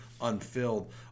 unfilled